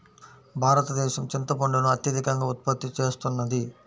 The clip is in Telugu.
భారతదేశం చింతపండును అత్యధికంగా ఉత్పత్తి చేస్తున్నది